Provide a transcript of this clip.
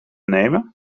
nemen